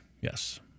Yes